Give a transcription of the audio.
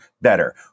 better